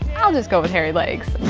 i'll just go with hairy legs.